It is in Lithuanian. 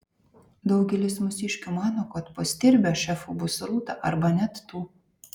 daugelis mūsiškių mano kad po stirbio šefu bus rūta arba net tu